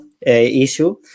issue